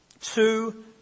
two